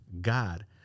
God